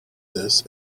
this